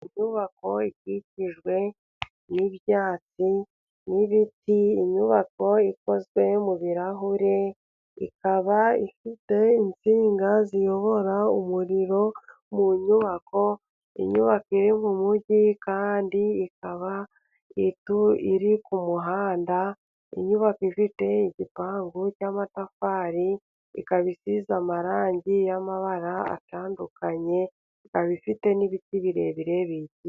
Inyubako ikikijwe n'ibyatsi n'ibiti, inyubako ikozwe mu birarahure ikaba ifite insinga ziyobora umuriro mu nyubako, inyubako iri mu mujyi kandi ikaba iri ku muhanda, inyubako ifite igipangu cy'amatafari, ikaba isize amarangi y'amabara atandukanye, ikaba ifite n'ibiti birebire.